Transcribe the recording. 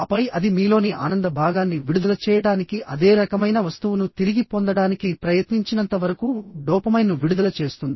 ఆపై అది మీలోని ఆనంద భాగాన్ని విడుదల చేయడానికి అదే రకమైన వస్తువును తిరిగి పొందడానికి ప్రయత్నించినంత వరకు డోపమైన్ను విడుదల చేస్తుంది